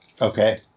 Okay